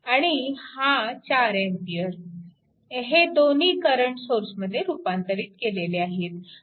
आणि हा 4A हे दोन्ही करंट सोर्समध्ये रूपांतरित केले आहेत